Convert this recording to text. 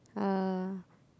uh